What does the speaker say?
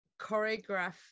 choreograph